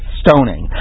stoning